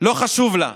לא חשובים לה.